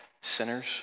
sinners